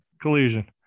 Collusion